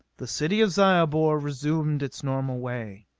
the city of zyobor resumed its normal way.